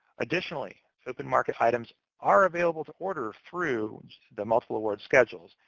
additionally, open-market items are available to order through the multiple awards schedules.